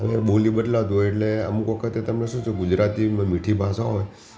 હવે બોલી બદલાતી હોય એટલે અમુક વખતે તમને શું છે ગુજરાતી મીઠી ભાષા હોય